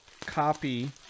copy